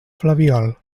flabiol